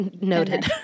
Noted